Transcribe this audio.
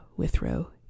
Withrow